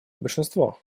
большинство